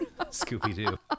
Scooby-Doo